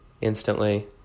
instantly